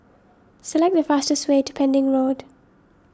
select the fastest way to Pending Road